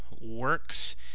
works